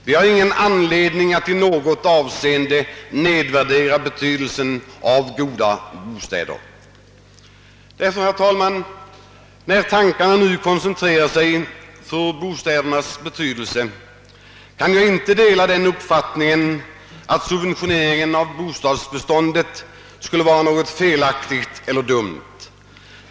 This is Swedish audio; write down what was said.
Vi har ingen anledning att i något avseende nedvärdera betydelsen av goda bostäder. Därför, herr talman, när tankarna nu koncentrerar sig på bostädernas betydelse, kan jag inte dela den uppfattningen, att subventioneringen av bostadsbeståndet skulle vara något felaktigt eller dumt.